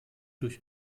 durch